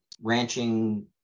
ranching